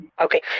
Okay